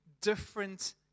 different